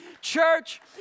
Church